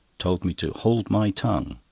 told me to hold my tongue.